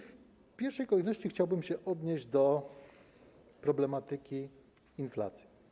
W pierwszej kolejności chciałbym się odnieść do problematyki inflacji.